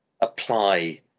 apply